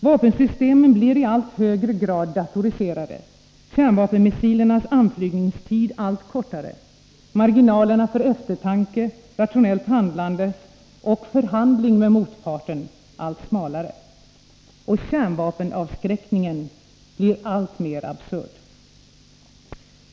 Vapensystemen blir i allt högre grad datoriserade, kärnvapenmissilernas anflygningstid allt kortare, marginalerna för eftertanke, rationellt handlande och förhandling med motparten allt smalare. Och kärnvapenavskräckningen blir alltmera absurd.